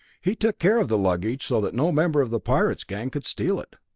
he took care of the luggage so that no member of the pirate's gang could steal it.